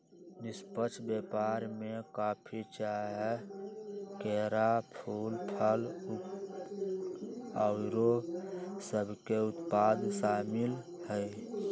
निष्पक्ष व्यापार में कॉफी, चाह, केरा, फूल, फल आउरो सभके उत्पाद सामिल हइ